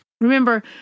Remember